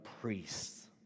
priests